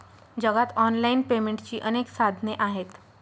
जगात ऑनलाइन पेमेंटची अनेक साधने आहेत